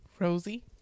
Rosie